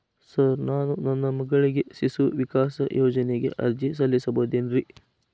Sir ನಾನು ನನ್ನ ಮಗಳಿಗೆ ಶಿಶು ವಿಕಾಸ್ ಯೋಜನೆಗೆ ಅರ್ಜಿ ಸಲ್ಲಿಸಬಹುದೇನ್ರಿ?